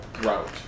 route